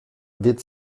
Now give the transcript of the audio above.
wird